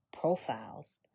profiles